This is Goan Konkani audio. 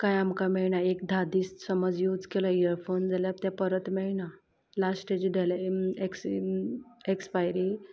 काय आमकां मेळना एक धा दीस समज यूज केलो इयरफोन जाल्यार ते परत मेळना लास्ट तेजी डेले एक्सी एक्स्पायरी